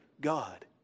God